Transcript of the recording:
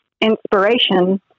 inspiration